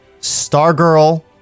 Stargirl